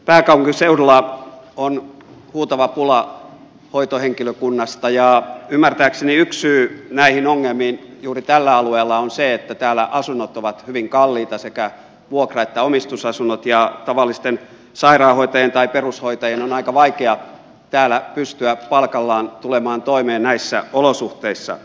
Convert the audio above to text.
pääkaupunkiseudulla on huutava pula hoitohenkilökunnasta ja ymmärtääkseni yksi syy näihin ongelmiin juuri tällä alueella on se että täällä asunnot ovat hyvin kalliita sekä vuokra että omistusasunnot ja tavallisten sairaanhoita jien tai perushoitajien on aika vaikea täällä pystyä palkallaan tulemaan toimeen näissä olosuhteissa